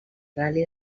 ral·li